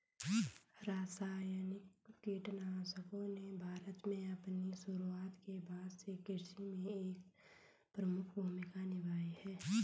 रासायनिक कीटनाशकों ने भारत में अपनी शुरूआत के बाद से कृषि में एक प्रमुख भूमिका निभाई है